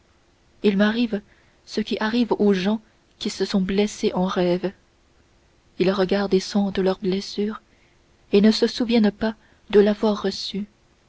il m'arrive ce qui arrive aux gens qui se sont blessés en rêve ils regardent et sentent leur blessure et ne se souviennent pas de l'avoir reçue